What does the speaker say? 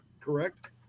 correct